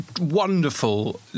wonderful